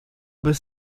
bez